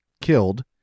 killed